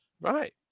Right